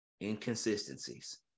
Inconsistencies